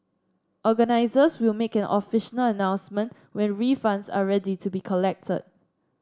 organisers will make an official announcement when refunds are ready to be collected